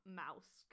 mouse